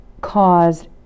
caused